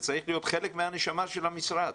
זה צריך להיות חלק מהנשמה של המשרד.